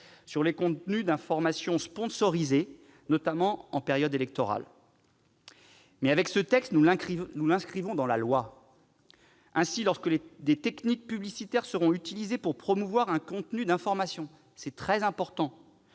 sur les contenus d'information sponsorisés, notamment en période électorale. Les présents textes prévoient de l'inscrire dans la loi. Ainsi, lorsque des techniques publicitaires seront utilisées pour promouvoir un contenu d'information- ce point est très important